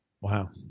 Wow